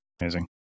Amazing